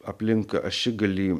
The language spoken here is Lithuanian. aplink ašigalį